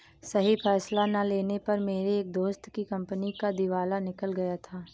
सही फैसला ना लेने पर मेरे एक दोस्त की कंपनी का दिवाला निकल गया था